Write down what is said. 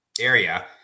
area